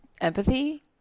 empathy